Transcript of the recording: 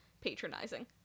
patronizing